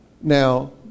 Now